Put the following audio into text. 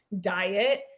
diet